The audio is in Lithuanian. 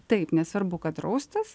taip nesvarbu kad draustas